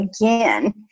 again